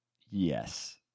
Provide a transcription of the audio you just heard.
Yes